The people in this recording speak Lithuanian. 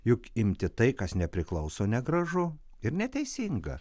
juk imti tai kas nepriklauso negražu ir neteisinga